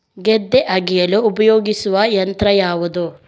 ಗದ್ದೆ ಅಗೆಯಲು ಉಪಯೋಗಿಸುವ ಯಂತ್ರ ಯಾವುದು?